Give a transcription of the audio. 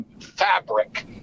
fabric